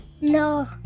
No